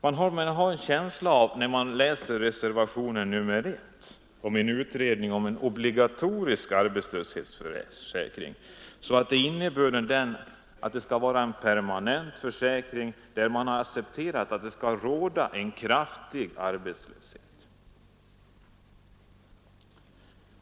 Man får en känsla av, när man läser reservationen 1 om en utredning om obligatorisk arbetslöshetsförsäkring, att innebörden är att det skall finnas en permanent försäkring — man har accepterat att det skall råda en kraftig arbetslöshet.